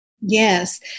Yes